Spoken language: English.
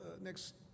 next